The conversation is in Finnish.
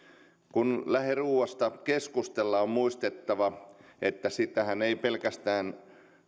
kun lähiruuasta keskustellaan on muistettava että sitähän eivät pelkästään